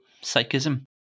psychism